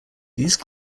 these